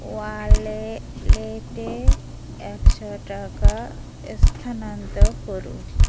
ওয়ালেটে একশো টাকা স্থানান্তর করুন